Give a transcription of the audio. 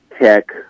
Tech